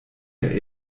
der